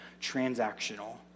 transactional